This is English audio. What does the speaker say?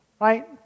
right